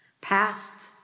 Past